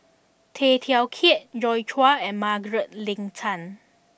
Tay Teow Kiat Joi Chua and Margaret Leng Tan